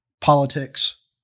politics